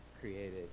created